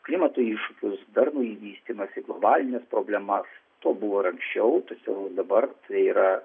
klimato iššūkius darnųjį vystymąsi globalines problemas to buvo ir anksčiau tačiau dabar tai yra